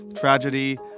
tragedy